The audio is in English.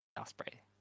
Osprey